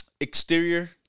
Exterior